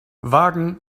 wagen